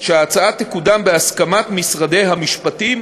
שההצעה תקודם בהסכמת משרדי המשפטים,